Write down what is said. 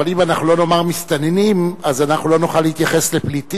אבל אם אנחנו לא נאמר "מסתננים" אז אנחנו לא נוכל להתייחס ל"פליטים",